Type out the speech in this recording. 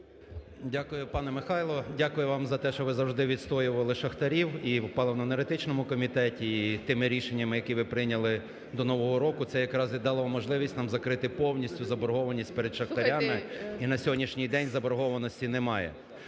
Дякую, пане Михайло. Дякую вам за те, що ви завжди відстоювали шахтарів і в паливно-енергетичному комітеті і тими рішеннями, які ви прийняли до нового року, це якраз і дало можливість нам закрити повністю заборгованість перед шахтарями... ГОЛОВУЮЧИЙ. Слухайте...